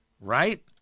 right